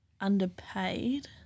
underpaid